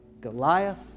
Goliath